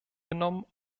genommen